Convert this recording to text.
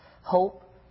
hope